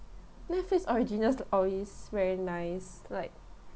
netflix originals stories very nice like